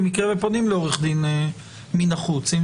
במקרה ופונים לעורך דין מן החוץ?